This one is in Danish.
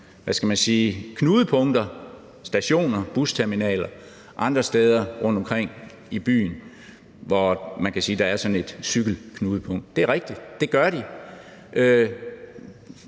knudepunkter – stationer, busterminaler og andre steder rundtomkring i byen, hvor man kan sige at der er sådan et cykelknudepunkt. Det er rigtigt, det gør de.